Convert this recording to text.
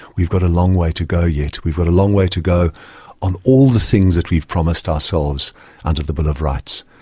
we've got a long way to go yet, we've got a long way to go on all the things that we've promised ourselves under the bill of rights.